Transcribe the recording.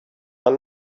are